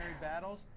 battles